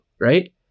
right